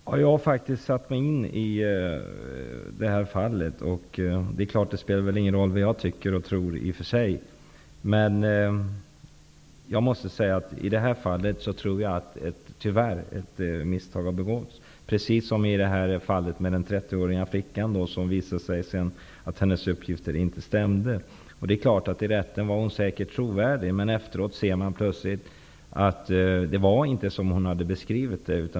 Fru talman! Jag har faktiskt satt mig in i det här fallet. Det är klart att det i och för sig inte spelar någon roll vad jag tycker och tror. Jag tror att ett misstag tyvärr har begåtts i detta fall, precis som i fallet med den 13-åriga flickan, där det visade sig att hennes uppgifter inte stämde. I rätten var hon säkert trovärdig, men efteråt ser man att det inte var som hon hade beskrivit det.